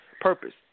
Purpose